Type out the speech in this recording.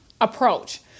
approach